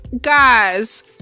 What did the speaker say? Guys